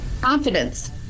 Confidence